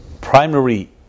primary